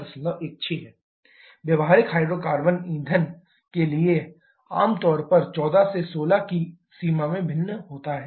Stoichiometric AF ratio27456161716 व्यावहारिक hydrocarbon ईंधन के लिए आम तौर पर 14 से 16 की सीमा में भिन्न होता है